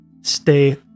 stay